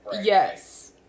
Yes